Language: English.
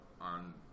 on